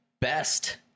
best